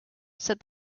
said